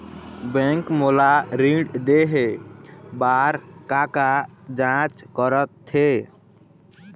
Bank मोला ऋण देहे बार का का जांच करथे?